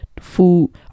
food